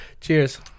cheers